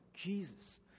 Jesus